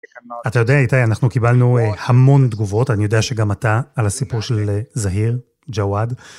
אתה יודע, איתי, אנחנו קיבלנו המון תגובות, אני יודע שגם אתה על הסיפור של זהיר, ג׳וואד.